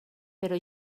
però